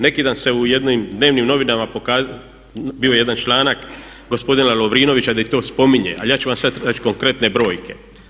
Neki dan se u jednim dnevnim novinama bio je jedan članak gospodina Lovrinovića di to spominje ali ja ću vam sad reći konkretne brojke.